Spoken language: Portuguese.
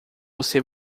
você